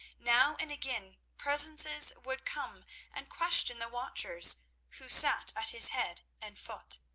now and again presences would come and question the watchers who sat at his head and foot.